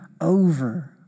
over